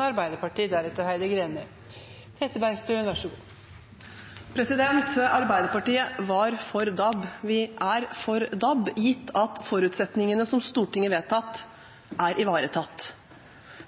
Arbeiderpartiet var for DAB, og vi er for DAB, gitt at forutsetningene som Stortinget har vedtatt, er ivaretatt.